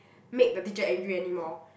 make the teacher angry anymore